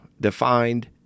defined